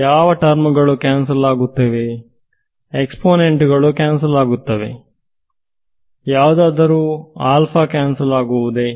ಯಾವ ಟರ್ಮ್ಗಳು ಕ್ಯಾನ್ಸಲ್ ಆಗುತ್ತಿವೆ ಎಕ್ಸ್ಪೋನೆಂಟ್ ಗಳು ಕ್ಯಾನ್ಸಲ್ ಆಗುತ್ತವೆ ಯಾವುದಾದರೂ ಕ್ಯಾನ್ಸಲ್ ಆಗುವುದೇ